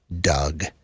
Doug